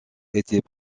était